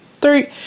three